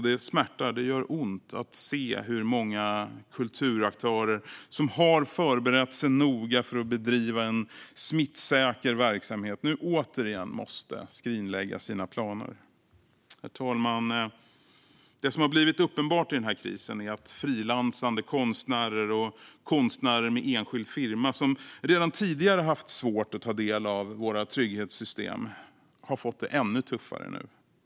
Det smärtar och gör ont att se hur många kulturaktörer som har förberett sig noga för att bedriva en smittsäker verksamhet nu återigen måste skrinlägga sina planer. Herr talman! Det som har blivit uppenbart i denna kris är att frilansande konstnärer och konstnärer med enskild firma, som redan tidigare har haft svårt att ta del av våra trygghetssystem, nu har fått det ännu tuffare.